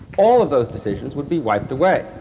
all of those decisions would be wiped away.